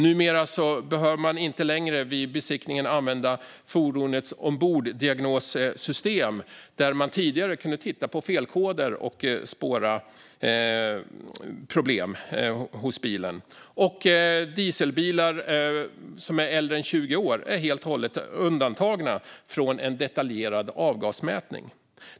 Numera behöver man inte längre vid besiktningen använda fordonets omborddiagnossystem där man tidigare kunde titta på felkoder och spåra problem hos bilen. Dieselbilar som är äldre än 20 år är helt och hållet undantagna från en detaljerad avgasmätning.